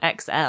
XL